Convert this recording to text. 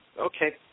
Okay